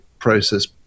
process